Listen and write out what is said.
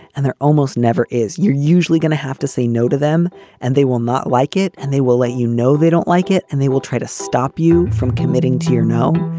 and there almost never is. you're usually going to have to say no to them and they will not like it and they will let you know they don't like it. and they will try to stop you from committing to you know,